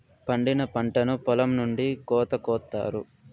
పండిన పంటను పొలం నుండి కోత కొత్తారు